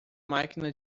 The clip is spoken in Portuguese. máquina